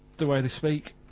the way they speak,